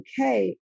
okay